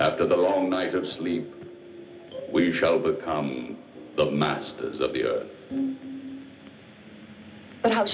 after the long night of sleep we shall become the masters of the earth how